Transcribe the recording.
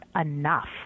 enough